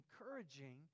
encouraging